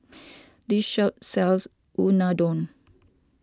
this shop sells Unadon